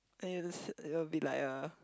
and you'll to s~ you'll be like a